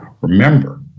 Remember